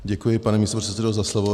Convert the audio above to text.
Děkuji, pane místopředsedo za slovo.